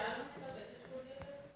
धान के करगा के उपचार कइसे होही?